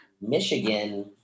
Michigan